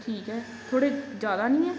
ਠੀਕ ਹੈ ਥੋੜ੍ਹੇ ਜ਼ਿਆਦਾ ਨਹੀਂ ਹੈ